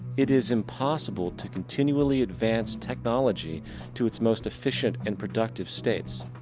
it is impossible to continually advance technology to its most efficient and productive states.